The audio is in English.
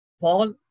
Paul